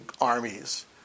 armies